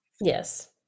Yes